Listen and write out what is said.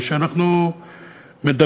או שאנחנו מדברים,